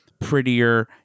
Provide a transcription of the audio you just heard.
prettier